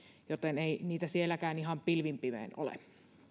joten ei niitä töitä sielläkään ihan pilvin pimein ole